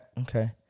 Okay